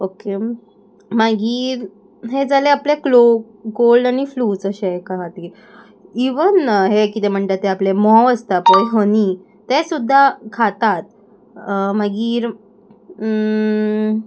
okay मागीर हें जाले आपले क्लो कोल्ड आनी फ्लूज अशे हेच्या खातीर इवन हे कितें म्हणटा ते आपले म्होंव आसता पय हनी ते सुद्दां खातात मागीर